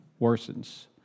worsens